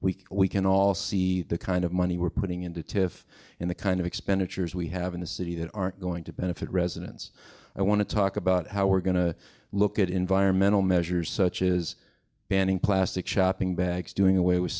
can we can all see the kind of money we're putting into to if in the kind of expenditures we have in the city that aren't going to benefit residents i want to talk about how we're going to look at environmental measures such as banning plastic shopping bags doing away with